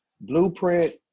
blueprint